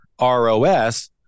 ROS